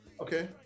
Okay